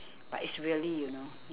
but it's really you know